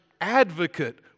advocate